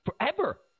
Forever